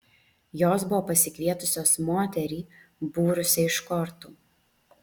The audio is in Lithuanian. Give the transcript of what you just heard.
jos buvo pasikvietusios moterį būrusią iš kortų